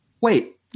Wait